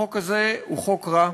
החוק הזה הוא חוק רע,